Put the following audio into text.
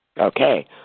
Okay